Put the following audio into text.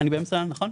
אני באמצע משפט, נכון?